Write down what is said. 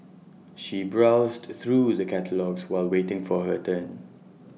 she browsed through the catalogues while waiting for her turn